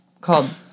Called